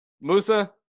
musa